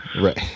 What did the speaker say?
Right